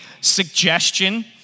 suggestion